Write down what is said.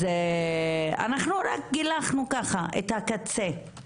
אנחנו רק גילחנו את הקצה.